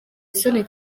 isoni